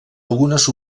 algunes